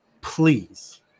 Please